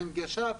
בהנגשה,